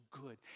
good